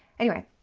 anyway,